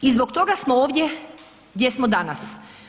I zbog toga smo ovdje gdje smo danas.